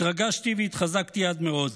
התרגשתי והתחזקתי עד מאוד,